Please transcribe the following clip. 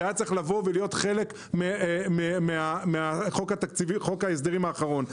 זה היה צריך להיות חלק מחוק ההסדרים האחרון.